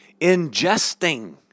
ingesting